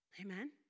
amen